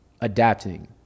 adapting